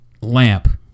Lamp